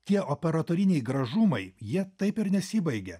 tie operatoriniai gražumai jie taip ir nesibaigia